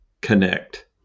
connect